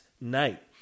night